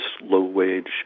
low-wage